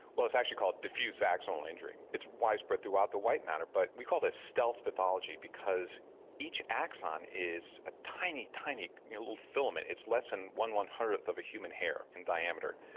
well it's actually called diffuse axonal injury, it's widespread throughout the white matter but we call this stealth pathology because each axon is a tiny, tiny little filament, it's less than one, one hundredth of a human hair in diameter.